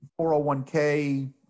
401k